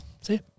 See